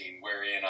wherein